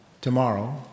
tomorrow